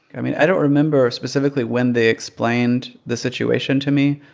i mean, i don't remember specifically when they explained the situation to me,